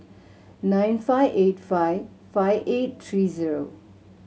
nine five eight five five eight three zero